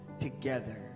together